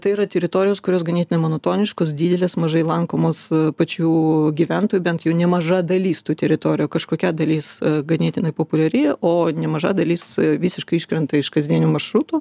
tai yra teritorijos kurios ganėtinai monotoniškus didelės mažai lankomos pačių gyventojų bent jų nemaža dalis tų teritorijų kažkokia dalis ganėtinai populiari o nemaža dalis visiškai iškrenta iš kasdienių maršrutų